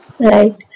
Right